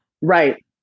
Right